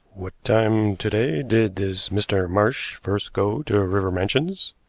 what time to-day did this mr. marsh first go to river mansions?